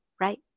right